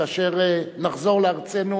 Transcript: כאשר נחזור לארצנו